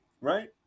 Right